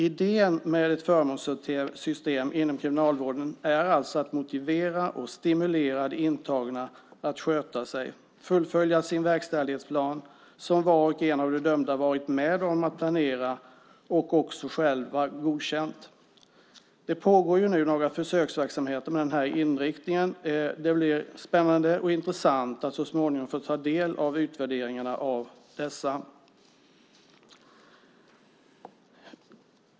Idén med ett förmånssystem inom kriminalvården är alltså att motivera och stimulera de intagna att sköta sig, fullfölja sin verkställighetsplan, som var och en av de dömda varit med om att planera och också själva godkänt. Det pågår nu några försöksverksamheter med den här inriktningen. Det blir spännande och intressant att så småningom få ta del av utvärderingarna av dessa.